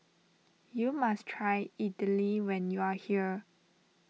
you must try Idili when you are here